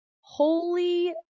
holy